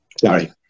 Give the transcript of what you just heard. Sorry